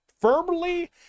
firmly